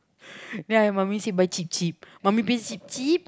ya mummy say buy cheap cheap mummy please cheap cheap